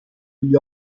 gli